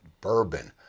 bourbon